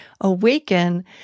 awaken